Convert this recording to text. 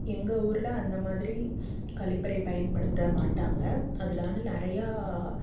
எங்கள் ஊரில் அந்த மாதிரி கழிப்பறையை பயன்படுத்த மாட்டாங்க அதில் ஆனால் நிறையா